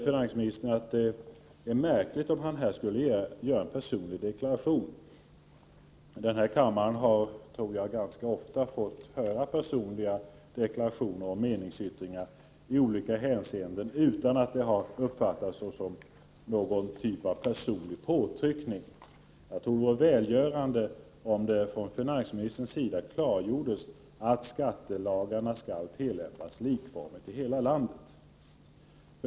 Finansministern säger att det vore märkligt om han skulle göra en personlig deklaration. Men kammaren har nog ganska ofta fått höra personliga deklarationer och meningsyttringar i olika hänseenden, utan att detta har uppfattats som någon typ av personlig påtryckning. Jag tror att det vore välgörande om finansministern klargjorde att skattelagarna skall tillämpas likformigt i hela landet.